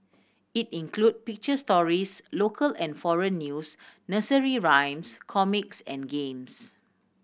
it include picture stories local and foreign news nursery rhymes comics and games